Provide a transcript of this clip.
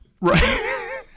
right